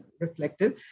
reflective